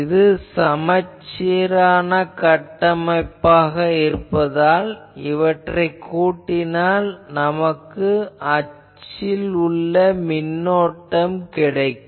இது சமச்சீரான கட்டமைப்பாக இருப்பதால் இவற்றை கூட்டினால் நமக்கு அச்சில் உள்ள மின்னோட்டம் கிடைக்கும்